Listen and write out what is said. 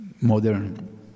modern